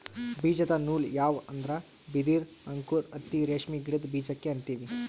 ಬೀಜದ ನೂಲ್ ಯಾವ್ ಅಂದ್ರ ಬಿದಿರ್ ಅಂಕುರ್ ಹತ್ತಿ ರೇಷ್ಮಿ ಗಿಡದ್ ಬೀಜಕ್ಕೆ ಅಂತೀವಿ